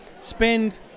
spend